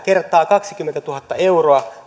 kertaa kaksikymmentätuhatta euroa